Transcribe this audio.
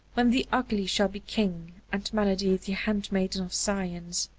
when the ugly shall be king and melody the handmaiden of science.